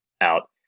out